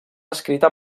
escrita